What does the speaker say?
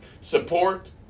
support